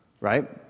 Right